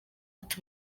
ati